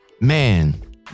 man